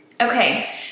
Okay